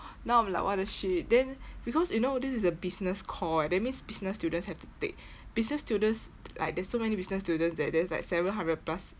now I'm like what the shit then because you know this is a business core eh that means business students have to take business students like there's so many business students there there's like seven hundred plus